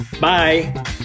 Bye